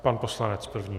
Pan poslanec první.